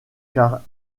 car